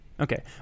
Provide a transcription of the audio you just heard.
Okay